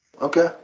okay